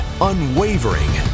unwavering